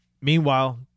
meanwhile